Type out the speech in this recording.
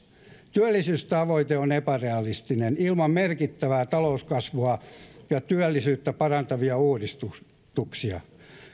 työllisyystavoite on epärealistinen ilman merkittävää talouskasvua ja työllisyyttä parantavia uudistuksia